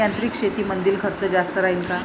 यांत्रिक शेतीमंदील खर्च जास्त राहीन का?